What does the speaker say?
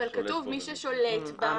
אבל כתוב 'מי ששולט בה,